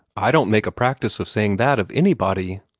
i don't make a practice of saying that of anybody,